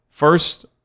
First